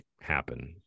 happen